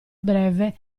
breve